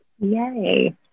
Yay